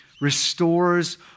restores